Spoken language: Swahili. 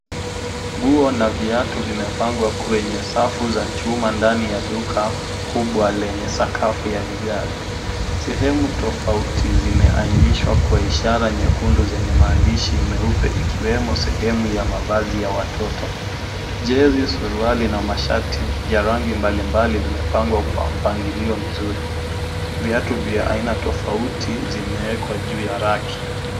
Nguo na viatu vimepangwa kwenye safu za chuma ndani ya duka kubwa lenye sakafu ya vigae. Sehemu tofauti zimeanishwa kwa ishara nyekundu zenye maandishi meupe ikiwemo sehemu ya mavazi ya watoto. Jezi, suruali na mashati ya rangi mbalimbali vimepangwa kwa mpangilio mzuri. Viatu vya aina tofauti zimewekwa juu ya raki.